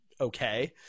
okay